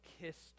kissed